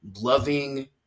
loving